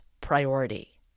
priority